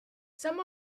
some